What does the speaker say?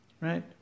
Right